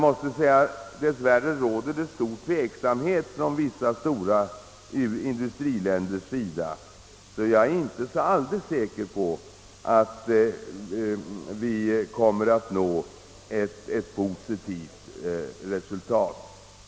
Dess värre råder det stor tveksamhet från vissa större industriländers sida, varför jag inte är alldeles säker på att vi når ett positivt resultat.